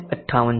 58 છે